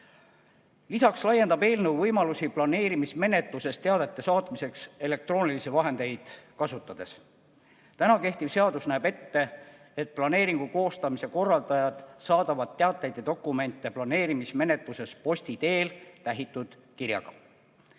Lisaks laiendab eelnõu võimalusi planeerimismenetluses teadete saatmiseks elektroonilisi vahendeid kasutades. Kehtiv seadus näeb ette, et planeeringu koostamise korraldajad saadavad planeerimismenetluses teateid ja dokumente posti teel tähitud kirjaga.